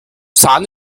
sahne